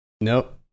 Nope